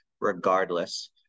regardless